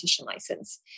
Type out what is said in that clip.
license